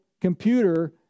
computer